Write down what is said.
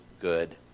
good